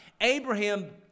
Abraham